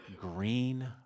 green